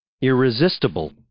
Irresistible